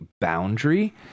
boundary